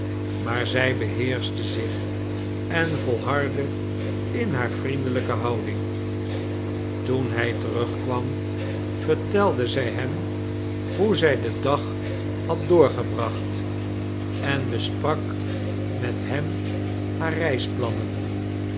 maar zij beheerschte zich en volhardde in haar vriendelijke houding toen hij terugkwam vertelde zij hem hoe zij den dag had doorgebracht en besprak met hem haar